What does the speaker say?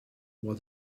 what